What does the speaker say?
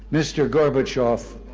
mr. gorbachev,